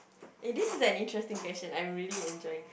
eh this is an interesting question I'm really enjoying